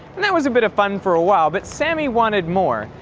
and that was a bit of fun for a while, but sammy wanted more.